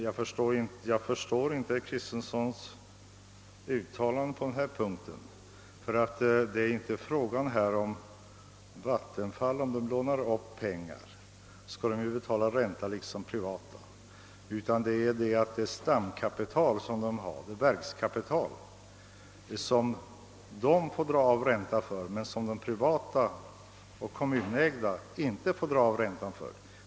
Jag förstår inte herr Kristensons uttalande på den här punkten. Om vattenfallsverket lånar upp pengar skall det ju betala ränta liksom privata. Men det är så, att vattenfallsverket har ett verkskapital smn de får dra av ränta för men som de privata och kommunägda inte får dra av ränta för.